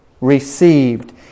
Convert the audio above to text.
received